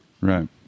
right